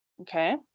Okay